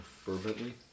fervently